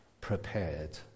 prepared